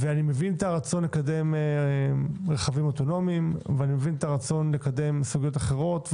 אני מבין את הרצון לקדם רכבים אוטונומיים וסוגיות אחרות.